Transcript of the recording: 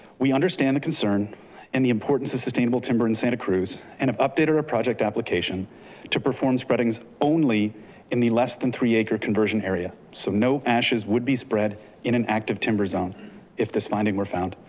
we understand the concern and the importance of sustainable timber in santa cruz and have update our project application to perform spreadings only in the less than three acre conversion area. so no ashes would be spread in an active timber zone if this finding were found.